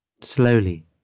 slowly